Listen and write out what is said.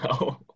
no